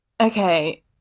Okay